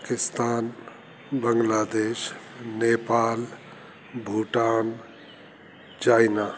Pakistan Bangladesh Nepal Bhutan China